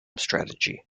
strategy